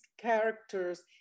characters